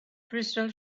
crystal